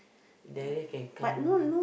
there you can come